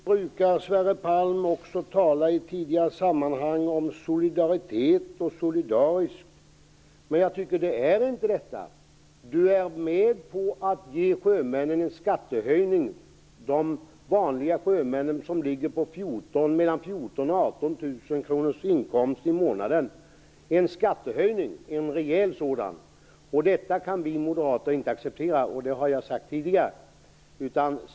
Fru talman! Sverre Palm har också i tidigare sammanhang talat om solidaritet och om att vara solidarisk. Men jag tycker inte att detta är solidariskt. Sverre Palm är med på en rejäl skattehöjning för sjömännen, de vanliga sjömännen som ligger på 14 000 18 000 kr i månadsinkomst. Detta kan vi moderater inte acceptera, vilket jag också har sagt tidigare.